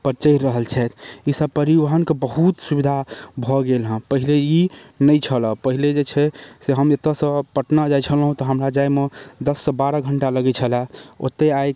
पर चढ़ि रहल छथि ई सब परिवहन कऽ बहुत सुबिधा भऽ गेल हँ पहिले ई नहि छलऽ पहिले जे छै हम एतऽ सँ पटना जाइत छलहुँ तऽ हमरा जाएमे दश सँ बारह घण्टा लगैत छलऽ ओतेक आइ